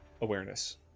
awareness